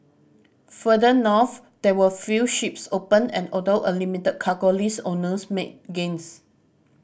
further north there were few ships open and although a limited cargo list owners made gains